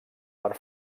per